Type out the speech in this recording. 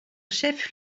chef